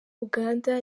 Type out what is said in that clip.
uganda